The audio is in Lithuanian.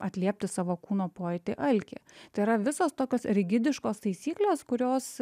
atliepti savo kūno pojūtį alkį tai yra visos tokios rigidiškos taisyklės kurios